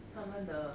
他们的